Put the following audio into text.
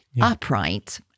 upright